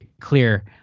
clear